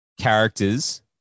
characters